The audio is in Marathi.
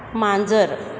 मांजर